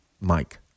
Mike